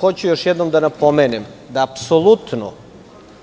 Hoću još jednom da napomenem